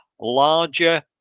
Larger